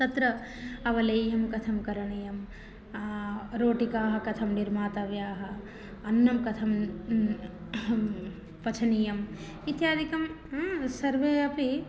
तत्र अवलेहं कथं करणीयं रोटिकाः कथं निर्मातव्याः अन्नं कथं पचनीयम् इत्यादिकं सर्वे अपि